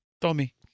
Tommy